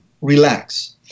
relax